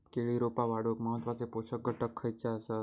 केळी रोपा वाढूक महत्वाचे पोषक घटक खयचे आसत?